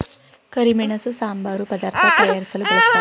ಕರಿಮೆಣಸು ಸಾಂಬಾರು ಪದಾರ್ಥ ತಯಾರಿಸಲು ಬಳ್ಸತ್ತರೆ